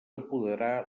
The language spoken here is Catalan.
apoderar